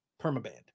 permaband